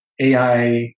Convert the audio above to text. AI